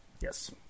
Yes